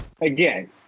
again